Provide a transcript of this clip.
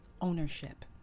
Ownership